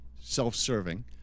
self-serving